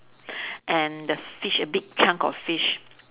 and the fish a big chunk of fish